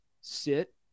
sit